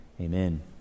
Amen